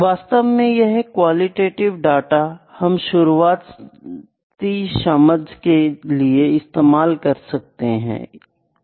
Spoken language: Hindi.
वास्तव में यह क्वालिटेटिव डाटा हम शुरुआती समझ के लिए इस्तेमाल कर सकते हैं